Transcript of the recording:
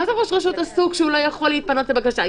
מה זה ראש רשות עסוק שלא יכול להתפנות לבקשה?